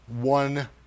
One